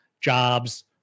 jobs